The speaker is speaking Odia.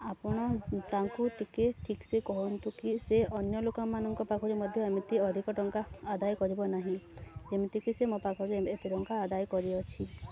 ଆପଣ ତାଙ୍କୁ ଟିକେ ଠିକ୍ ସେ କୁହନ୍ତୁ କି ସେ ଅନ୍ୟ ଲୋକମାନଙ୍କ ପାଖରୁ ମଧ୍ୟ ଏମିତି ଅଧିକ ଟଙ୍କା ଆଦାୟ କରିବ ନାହିଁ ଯେମିତିକି ସେ ମୋ ପାଖରୁ ଏବେ ଏତେ ଟଙ୍କା ଆଦାୟ କରିଅଛି